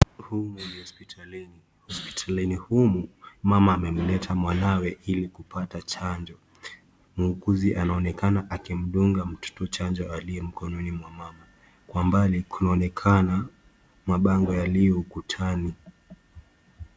Humu ni hospitalini, hospitalini humu mama amemleta mwanawe ilikuapata chanjo muuguzi anaonekana akimdunga mtoto chanjo aliyemkononi mwa mama kwambali kunaonekana mabango yaliyo ukutani .